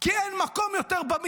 כי אין יותר מקום במטמנות.